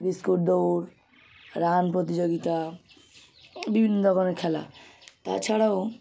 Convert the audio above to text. biscuit দৌড় run প্রতিযোগিতা বিভিন্ন রকমের খেলা তাছাড়াও